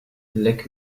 leck